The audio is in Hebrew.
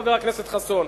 חבר הכנסת חסון,